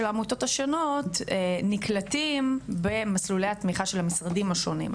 העמותות השונות נקלטים במסלולי התמיכה של המשרדים השונים,